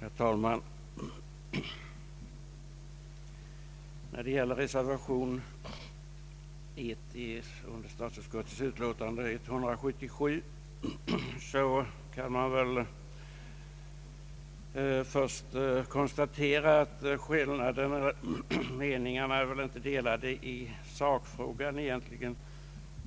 Herr talman! När det gäller reservation 1 till statsutskottets utlåtande nr 177 kan man först konstatera att meningarna egentligen inte är delade i sakfrågan